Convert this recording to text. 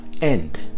end